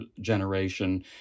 generation